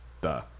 duh